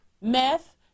Meth